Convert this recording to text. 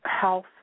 health